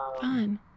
Fun